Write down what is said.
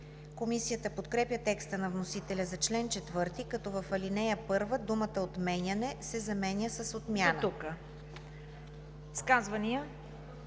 Комисията подкрепя текста на вносителя за чл. 4, като в ал. 1 думата „отменяне“ се заменя с „отмяна“.